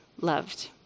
loved